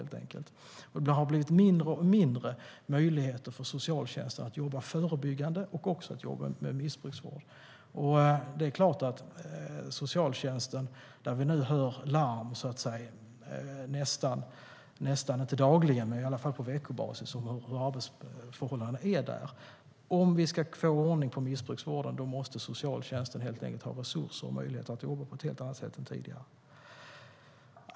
Det har då blivit mindre och mindre möjligheter för socialtjänsten att jobba förebyggande och att jobba med missbruksvård. Vi hör larm från socialtjänsten i princip varje vecka om arbetsförhållandena. Om vi ska få ordning på missbruksvården måste socialtjänsten helt enkelt ha resurser och möjligheter att jobba på ett helt annat sätt än tidigare.